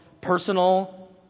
personal